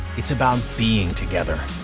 it's about being together,